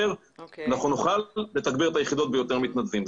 אנחנו נוכל לתגבר את היחידות ביותר מתנדבים.